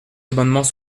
amendements